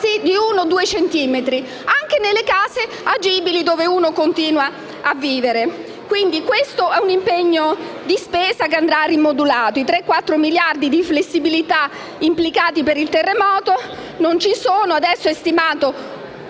o due centimetri, anche nelle case agibili dove si continua a vivere. Si tratta quindi di un impegno di spesa che andrà rimodulato: i 3-4 miliardi di flessibilità implicati per il terremoto non ci sono, adesso la stima